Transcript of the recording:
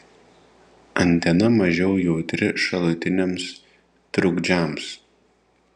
antena mažiau jautri šalutiniams trukdžiams